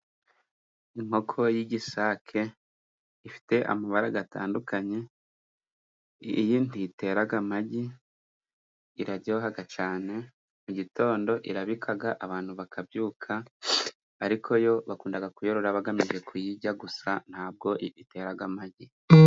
Inkoko y'igisake ifite amabara atandukanye iyi ntitera amagi, iraryoha cyane. Mu gitondo irabika abantu bakabyuka, ariko yo bakunda kuyorora bagamije kuyirya gusa ntabwo itera amagi.